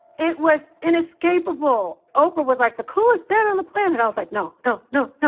it was inescapable. oprah was like the coolest band on the planet. i was like, no, no, no, no.